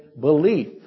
belief